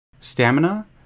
stamina